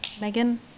Megan